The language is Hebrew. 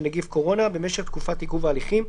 נגיף קורונה" במשך תקופת עיכוב ההליכים,